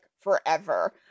forever